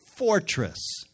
fortress